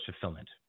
fulfillment